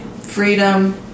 freedom